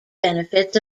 benefits